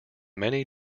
many